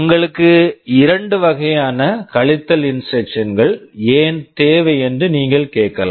உங்களுக்கு இரண்டு வகையான கழித்தல் இன்ஸ்ட்ரக்க்ஷன் instruction கள் ஏன் தேவை என்று நீங்கள் கேட்கலாம்